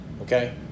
okay